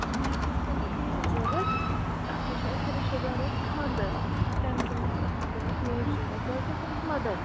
مےٚ حظ ٲسۍ تٔمِس لیٖو ضوٚرَتھ اصلی چھُ اَسہِ رشتہٕ دارس خانٛدر تَمہِ کِنۍ ٲس مےٚ تٔمِس لیٖو ضورتھ بہٕ حظ تٔمِس مدر